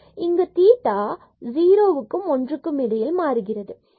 இங்கு theta theta 0 to 1க்கு இடையே மாறுகிறது